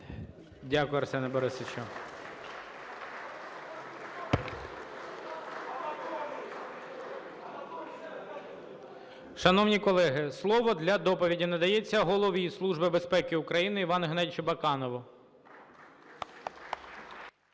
Дякую, Арсене Борисовичу. Шановні колеги, слово для доповіді надається Голові Службі безпеки України Івану Геннадійовичу Баканову.